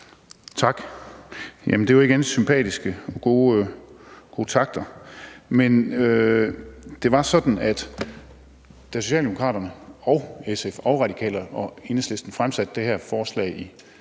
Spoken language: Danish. Jamen det er jo igen sympatiske og gode takter. Men det var sådan, at da Socialdemokraterne, SF, Radikale og Enhedslisten fremsatte det her forslag i